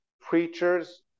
preachers